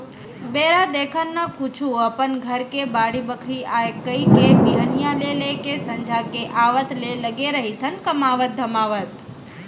बेरा देखन न कुछु अपन घर के बाड़ी बखरी आय कहिके बिहनिया ले लेके संझा के आवत ले लगे रहिथन कमावत धमावत